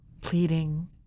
Pleading